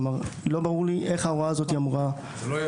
כלומר, לא ברור לי איך ההוראה הזו אמורה להיכנס.